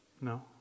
No